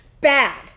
bad